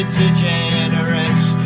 degenerates